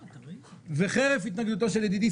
חרף התנגדותו של ידידי,